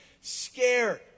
scared